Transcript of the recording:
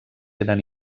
eren